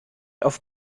auf